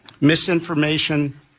Misinformation